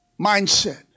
mindset